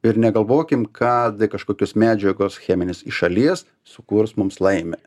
ir negalvokim kad kažkokios medžiagos cheminės iš šalies sukurs mums laimę